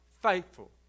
Faithful